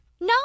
No